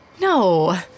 No